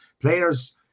Players